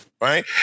Right